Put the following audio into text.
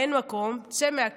אין מקום, אז צא מהכלא.